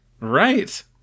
Right